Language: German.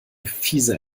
fiese